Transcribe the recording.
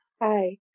Hi